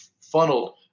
funneled